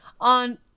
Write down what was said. on